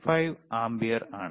5 ampere ആണ്